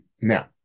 now